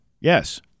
Yes